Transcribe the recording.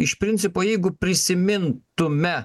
iš principo jeigu prisimintume